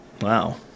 Wow